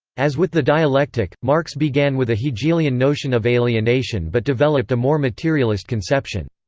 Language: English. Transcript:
as with the dialectic, marx began with a hegelian notion of alienation but developed a more materialist conception.